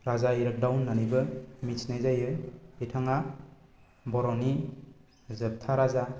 राजा इरागदाव होननानैबो मिथिनाय जायो बिथाङा बर'नि जोबथा राजा